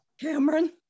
Cameron